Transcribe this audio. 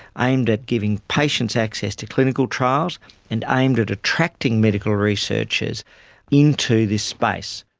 aimed at giving patients access to clinical trials and aimed at attracting medical researchers into this space.